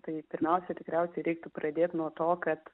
tai pirmiausia tikriausiai reiktų pradėt nuo to kad